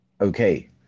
okay